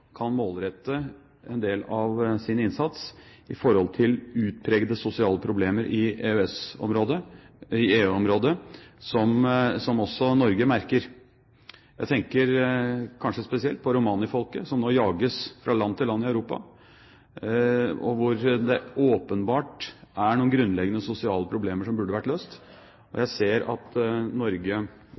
kan målrette en del av sin innsats i forhold til utpregede sosiale problemer i EU-området, som også Norge merker. Jeg tenker kanskje spesielt på romfolket, som nå jages fra land til land i Europa. Det er åpenbart noen grunnleggende sosiale problemer der, som burde vært løst. Jeg ser at Norge